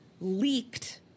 leaked